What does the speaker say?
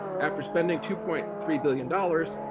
after spending two point three billion dollars,